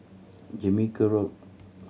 Jamaica Road